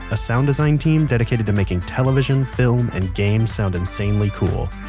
a sound design team dedicated to making television, film and games sound insanely cool.